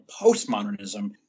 postmodernism